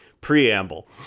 preamble